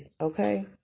okay